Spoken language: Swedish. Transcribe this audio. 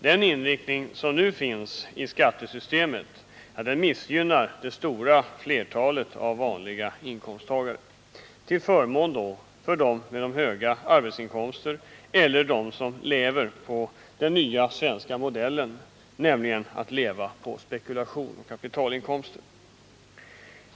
Den inriktning som nu finns i skattesystemet missgynnar det stora flertalet av vanliga inkomsttagare till förmån för dem med höga arbetsinkomster eller dem som lever efter den nya svenska modellen, nämligen på spekulation och kapitalinkomster.